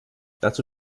dazu